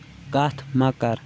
کَتھ مہ کَر